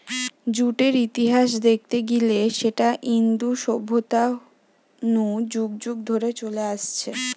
জুটের ইতিহাস দেখতে গিলে সেটা ইন্দু সভ্যতা নু যুগ যুগ ধরে চলে আসছে